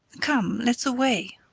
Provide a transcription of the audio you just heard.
come, let's away.